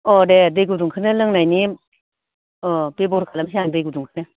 अ' दे दै गुदुंखौनो लोंनायनि अ बेबहार खालामसै आं दै गुदुंखौनो